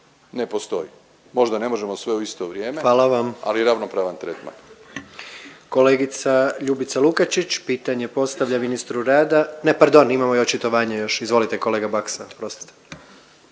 Ne postoji. Možda ne možemo sve u isto vrijeme, … .../Upadica: